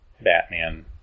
Batman